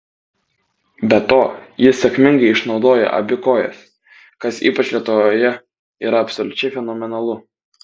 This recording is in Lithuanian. be to jis sėkmingai išnaudoja abi kojas kas ypač lietuvoje yra absoliučiai fenomenalu